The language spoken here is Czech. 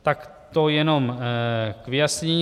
Tak to jenom k vyjasnění.